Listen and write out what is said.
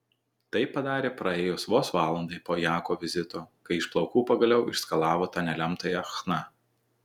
tai padarė praėjus vos valandai po jako vizito kai iš plaukų pagaliau išskalavo tą nelemtąją chna